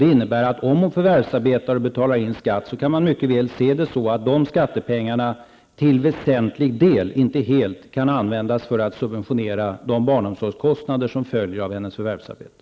Det innebär att om hon förvärvsarbetar och betalar in skatt, kan man mycket väl se det som att de skattepengarna till väsentlig del, inte helt, kan användas för att subventionera de barnomsorgskostnader som följer av hennes förvärvsarbete.